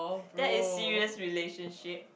that is serious relationship